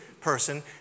person